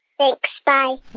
thanks. bye